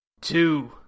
Two